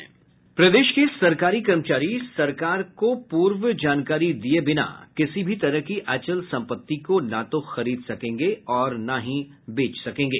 प्रदेश के सरकारी कर्मचारी सरकार के पूर्व जानकारी दिये बिना किसी भी तरह की अचल सम्पत्ति को न तो खरीद सकेंगे और नहीं बेच सकेंगे